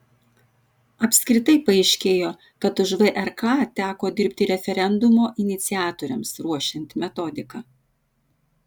apskritai paaiškėjo kad už vrk teko dirbti referendumo iniciatoriams ruošiant metodiką